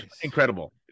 incredible